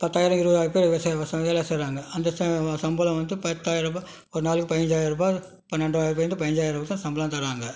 பத்தாயிரம் இருபதாயிர பேர் வேலை செய்கிறாங்க அந்த ச சம்பளம் வந்து பத்தாயிரம் ருபா ஒரு நாளைக்கு பதினஞ்சாயிரம் ருபாய் பன்னென்டாயிர ருபாலருந்து பதினஞ்சாயிரம் வரைக்கும் சம்பளம் தராங்க